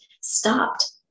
stopped